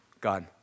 God